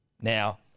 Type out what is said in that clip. Now